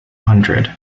hundred